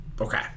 Okay